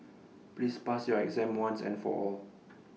please pass your exam once and for all